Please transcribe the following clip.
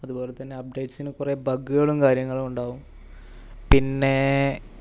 അതുപോലെതന്നെ അപ്ഡേറ്റ്സിനു കുറെ ബഗ്ഗുകാളും കാര്യങ്ങളും ഉണ്ടാവും പിന്നെ